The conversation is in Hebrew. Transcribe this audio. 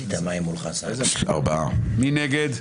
מי נגד?